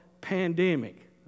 pandemic